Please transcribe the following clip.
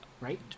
right